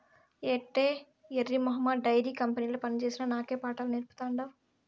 ఏటే ఎర్రి మొహమా డైరీ కంపెనీల పనిచేసిన నాకే పాఠాలు నేర్పతాండావ్